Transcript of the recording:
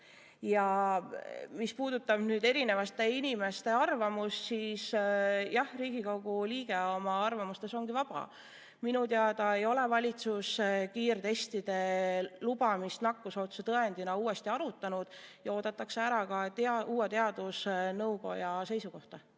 Ja mis puudutab erinevate inimeste arvamust, siis jah, Riigikogu liige ongi oma arvamustes vaba. Minu teada ei ole valitsus kiirtestide lubamist nakkusohutuse tõendina uuesti arutanud ja oodatakse ära uue teadusnõukoja seisukoht.